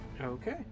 Okay